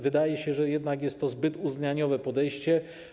Wydaje się, że jednak jest to zbyt uznaniowe podejście.